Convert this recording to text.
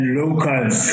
locals